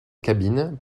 cabines